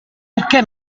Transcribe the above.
perché